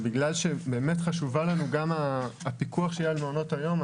מאחר שמאוד חשוב לנו הפיקוח שיהיה על מעונות היום,